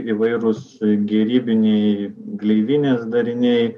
įvairūs gerybiniai gleivinės dariniai